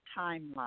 timeline